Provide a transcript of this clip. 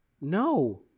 No